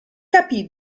capì